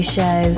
Show